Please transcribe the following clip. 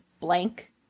blank